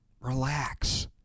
Relax